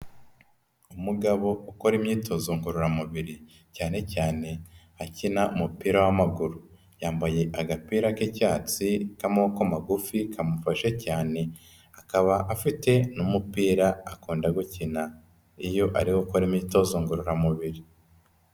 Umugabo ukora imyitozo ngororamubiri cyane cyane akina umupira w'amaguru, yambaye agapira k'icyatsi k'amaboko magufi kamufasha cyane, akaba afite n'umupira akunda gukina iyo ari gukora imyitozo ngororamubiri.